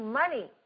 money